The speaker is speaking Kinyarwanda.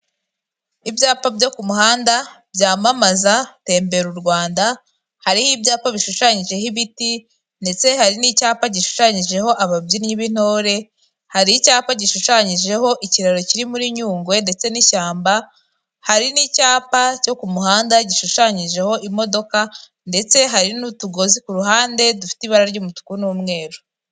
Ibyapa byo ku muhanda byamamaza tembera u Rwanda, hariho ibyapa bishushanyijeho ibiti, ndetse hari n'icyapa gishushanyijeho ababyinnyi b'intore, hari icyapa gishushanyijeho ikiraro kiri muri nyungwe ndetse n'ishyamba, hari n'icyapa cyo ku muhanda gishushanyijeho imodoka ndetse hari n'utugozi ku ruhande dufite ibara ry'umutuku n'umweru.